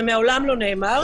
זה מעולם לא נאמר.